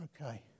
Okay